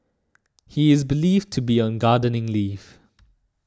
he is believed to be on gardening leave